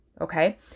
okay